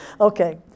okay